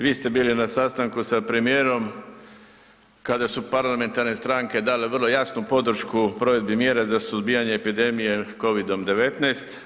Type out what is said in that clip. Vi ste bili na sastanku sa premijerom kada su parlamentarne stranke dale vrlo jasnu podršku provedbi mjera za suzbijanje epidemije COVID-19.